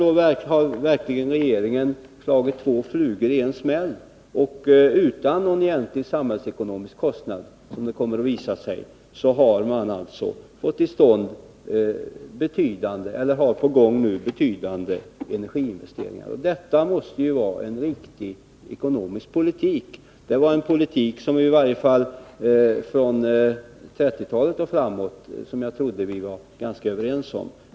Här har regeringen verkligen slagit två flugor i en smäll — utan någon egentlig samhällsekonomisk kostnad, som det kommer att visa sig, har man nu betydande energiinvesteringar på gång. Detta måste vara en riktig ekonomisk politik. Det är en politik som vi i varje fall från 1930-talet och framåt var ganska ense om.